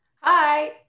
Hi